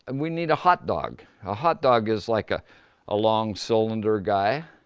and we need a hot dog. a hot dog is like ah a long cylinder guy.